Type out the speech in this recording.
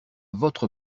votre